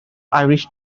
irish